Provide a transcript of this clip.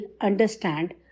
understand